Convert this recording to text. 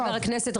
המשרדים.